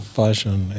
fashion